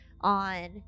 on